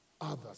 others